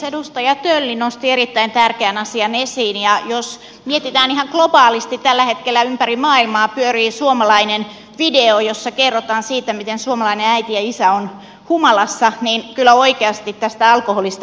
edustaja tölli nosti erittäin tärkeän asian esiin ja jos mietitään ihan globaalisti tällä hetkellä ympäri maailmaa pyörii suomalainen video jossa kerrotaan siitä miten suomalainen äiti ja isä ovat humalassa niin kyllä oikeasti tästä alkoholista pitäisi puhua